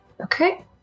Okay